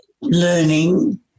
learning